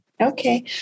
Okay